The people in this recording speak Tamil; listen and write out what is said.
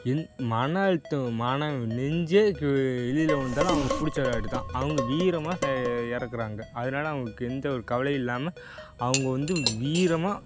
என் மன அழுத்தம் மன நெஞ்சே வெளியில விழுந்தாலும் அவங்களுக்கு பிடிச்ச விளாட்டுதான் அவங்க வீரமா ச இறக்குறாங்க அதனால அவங்களுக்கு எந்த ஒரு கவலையும் இல்லாமல் அவங்க வந்து வீரமாக